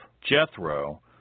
Jethro